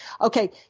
okay